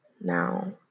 now